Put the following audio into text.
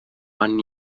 one